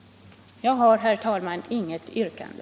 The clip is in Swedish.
Jag har, herr talman, inget yrkande.